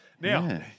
Now